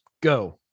go